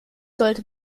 sollte